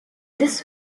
this